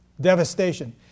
devastation